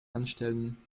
anstellen